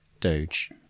Doge